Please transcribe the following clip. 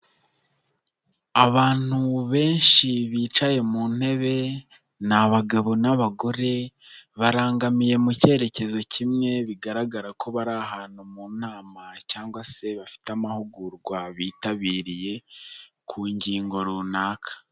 Abantu benshi bicaye mu ntebe, ni abagabo n'abagore barangamiye mu cyerekezo kimwe bigaragara ko bari ahantu mu nama cyangwa se bafite amahugurwa bitabiriye, ku ngingo runaka.